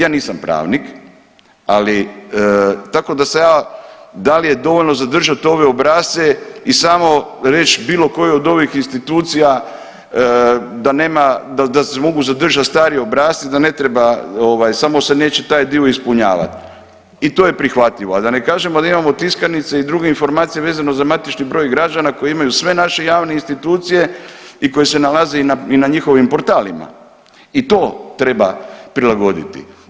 Ja nisam pravnik, ali tako da sam ja da li je dovoljno zadržati ove obrasce i samo reći bilo kojoj od ovih institucija da mogu zadržati stare obrasce da ne treba samo se neće taj dio ispunjavat i to je prihvatljivo, a da ne kažem da imamo tiskanice i druge informacije vezano za matični broj građana koji imaju sve naše javne institucije i koje se nalaze i na njihovim portalima i to treba prilagoditi.